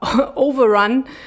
overrun